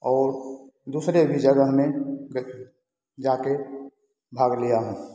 और दूसरे भी जगह में जाके भाग लिया हूँ